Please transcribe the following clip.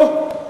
לא.